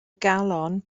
galon